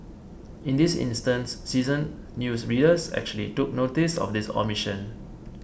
in this instance seasoned news readers actually took noticed of this omission